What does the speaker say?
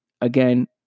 again